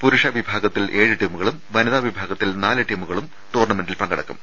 പുരുഷ വിഭാഗത്തിൽ ഏഴ് ടീമുകളും വനിതാ വിഭാഗത്തിൽ നാല് ടീമുകളും ടൂർണമെന്റിൽ പങ്കെടുക്കും